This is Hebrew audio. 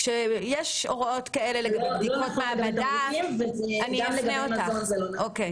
כשיש הוראות כאלה לגבי בדיקות מעבדה --- גם לגבי מזון זה לא תקין.